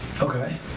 Okay